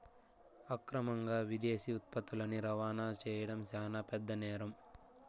అక్రమంగా విదేశీ ఉత్పత్తులని రవాణా చేయడం శాన పెద్ద నేరం